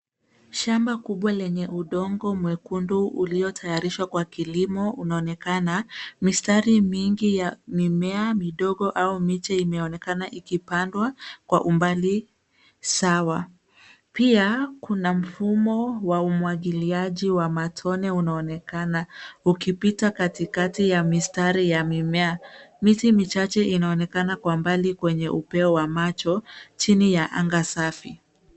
Shamba kuwa lenye udongo mwekundu uliotayarishwa la kilimo unaonekana. Mistari mingi ya mimea midogo au miche imeonekana ikipandwa kwa umbali sawa. Pia, kuna mfumo wa umwagiliaji wa matone unaonekana ukipita katikati ya mistari ya mimea . Miti michache inaonekana kwa mbali kwenye upeo wa macho chini ya anga safi.